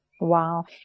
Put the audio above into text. Wow